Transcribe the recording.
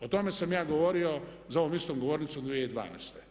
O tome sam ja govorio za ovom istom govornicom 2012.